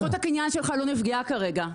זכות הקניין שלך לא נפגעה כרגע.